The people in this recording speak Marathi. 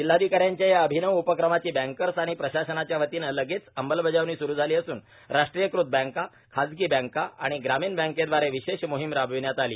जिल्हाधिकाऱ्यांच्या या अभिनव उपक्रमाची बँकर्स आणि प्रशासनाच्यावतीने लगेच अंमलबजावणी सुरू झाली असून राष्ट्रीयकृत बँका खाजगी बँका आणि ग्रामीण बँकेद्वारे विशेष मोहीम राबविण्यात आली